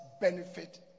benefit